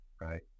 Right